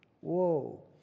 Whoa